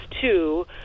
two